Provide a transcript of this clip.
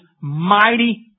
mighty